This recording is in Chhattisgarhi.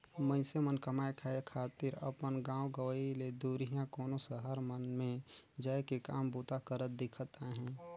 मइनसे मन कमाए खाए खातिर अपन गाँव गंवई ले दुरिहां कोनो सहर मन में जाए के काम बूता करत दिखत अहें